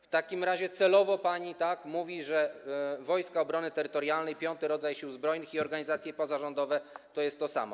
W takim razie celowo pani mówi, że Wojska Obrony Terytorialnej, piąty rodzaj Sił Zbrojnych, i organizacje pozarządowe to jest to samo.